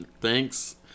thanks